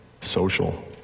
social